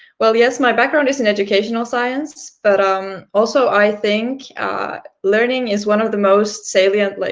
well, yes, my background is in educational science, but um also i think learning is one of the most salient like